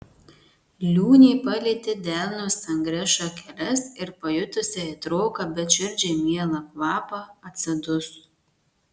liūnė palietė delnu stangrias šakeles ir pajutusi aitroką bet širdžiai mielą kvapą atsiduso